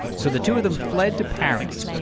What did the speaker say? so the two of them fled to paris,